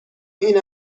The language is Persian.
این